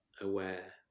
aware